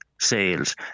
sales